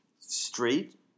straight